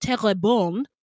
Terrebonne